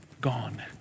gone